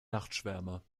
nachtschwärmer